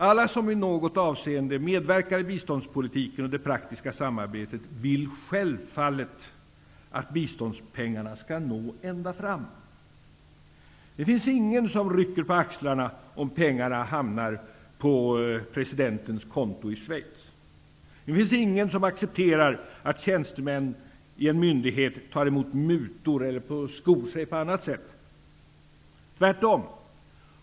Alla som i något avseende medverkar i biståndspolitiken och det praktiska samarbetet vill självfallet att biståndspengarna skall nå ända fram. Det finns ingen som rycker på axlarna om pengarna hamnar på presidentens konto i Schweiz. Det finns ingen som accepterar att tjänstemän i en myndighet tar emot mutor eller skor sig på annat sätt. Tvärtom!